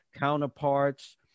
counterparts